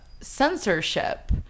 censorship